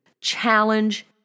Challenge